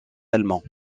allemands